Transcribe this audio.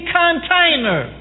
container